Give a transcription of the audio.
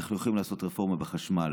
אנחנו יכולים לעשות רפורמה בחשמל,